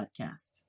Podcast